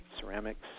ceramics